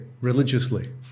religiously